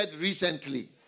recently